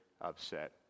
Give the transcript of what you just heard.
upset